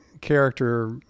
character